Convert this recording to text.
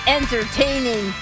entertaining